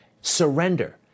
Surrender